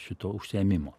šito užsiėmimo